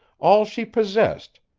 all she possessed,